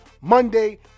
Monday